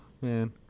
man